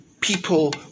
people